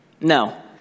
No